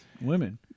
women